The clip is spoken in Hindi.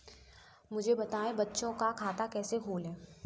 मुझे बताएँ बच्चों का खाता कैसे खोलें?